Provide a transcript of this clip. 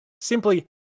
simply